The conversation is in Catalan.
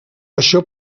això